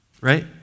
Right